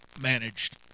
managed